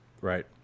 Right